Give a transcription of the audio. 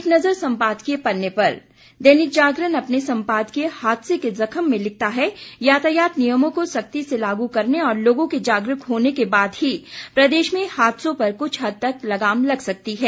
एक नज़र सम्पादकीय पन्ने पर दैनिक जागरण अपने सम्पादकीय हादसे के जख्म में लिखता है यातायात नियमों को सख्ती से लागू करने और लोगों के जागरूक होने के बाद ही प्रदेश में हादसों पर कुछ हद तक लगाम लग सकती है